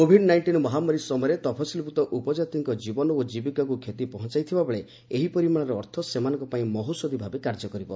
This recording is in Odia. କୋଭିଡ଼୍ ନାଇଷ୍ଟିନ୍ ମହାମାରୀ ସମୟରେ ତପସିଲ୍ଭୁକ୍ତ ଉପଜାତିଙ୍କ ଜୀବନ ଓ କୀବିକାକୁ କ୍ଷତି ପହଞ୍ଚାଇଥିବାବେଳେ ଏହି ପରିମାଣର ଅର୍ଥ ସେମାନଙ୍କ ପାଇଁ ମହୌଷଧି ଭାବେ କାର୍ଯ୍ୟ କରିବ